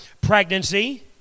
pregnancy